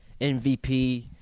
MVP